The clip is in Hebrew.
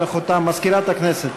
מזכירת הכנסת.